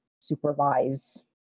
supervise